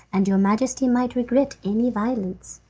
and your majesty might regret any violence.